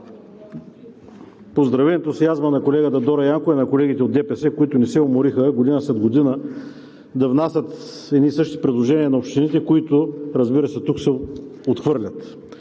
поздравя ентусиазма на колегата Дора Янкова и на колегите от ДПС, които не се умориха година след година да внасят едни и същи предложения на общините, които, разбира се, тук се отхвърлят.